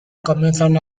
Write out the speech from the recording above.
comienzan